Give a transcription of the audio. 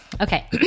Okay